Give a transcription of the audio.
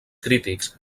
crítics